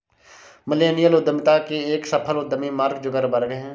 millennial उद्यमिता के एक सफल उद्यमी मार्क जुकरबर्ग हैं